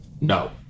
No